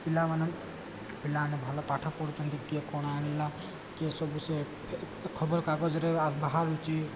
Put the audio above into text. ପିଲାମାନେ ପିଲାମାନେ ଭଲ ପାଠ ପଢ଼ୁଛନ୍ତି କିଏ କ'ଣ ଆଣିଲା କିଏ ସବୁ ସେ ଖବରକାଗଜରେ ବାହାରୁଛି